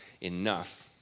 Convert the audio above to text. enough